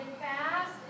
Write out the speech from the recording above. fast